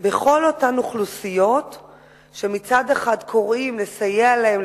בכל אותן אוכלוסיות שמצד אחד קוראים לסייע להן,